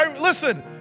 listen